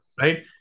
right